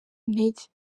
intege